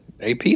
AP